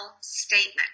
statement